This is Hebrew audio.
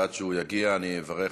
עד שהוא יגיע, אני אברך